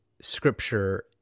scripture